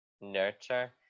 nurture